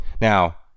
Now